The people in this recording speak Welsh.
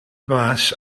mas